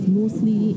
mostly